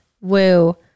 woo